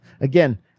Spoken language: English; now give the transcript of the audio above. again